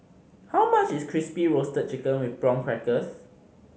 how much is Crispy Roasted Chicken with Prawn Crackers